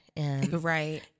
Right